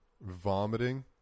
vomiting